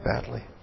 badly